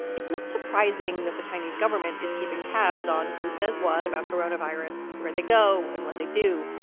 it's not surprising that the chinese government is keeping tabs on who says what about coronavirus, where they go and what they do.